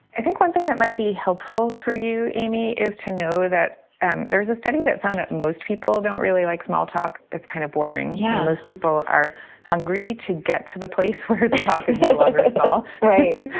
i think one thing that might be helpful for you, amy, is to know that and there is a study that found that most people don't really like small talk. it's kind of boring. yeah those people are hungry to get to the place where the talk is like small. right.